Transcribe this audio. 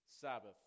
Sabbath